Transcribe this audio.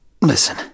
listen